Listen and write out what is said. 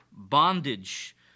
bondage